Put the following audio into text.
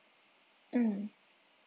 mm